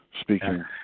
speaking